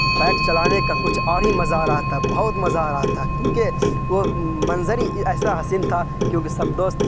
bike چلانے کا کچھ اور ہی مزہ آ رہا تھا بہت مزہ آ رہا تھا کیونکہ وہ منظر ہی ایسا حسین تھا کیونکہ سب دوست